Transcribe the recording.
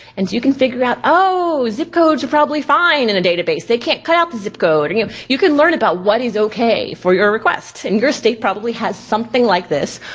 and you can figure out, oh zip codes you'll probably find in a database, they can't cut out the zip code. and you you can learn about what is okay for your requests. and your state probably has something like this.